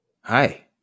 Hi